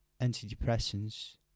antidepressants